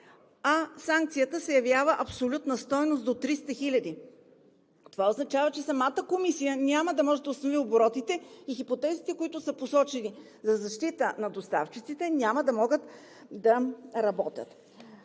а санкциите се явяват абсолютна стойност до 300 хиляди. Това означава, че самата Комисия няма да може да усвои оборотите и хипотезите, които са посочени за защита на доставчиците, няма да могат да работят.